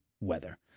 weather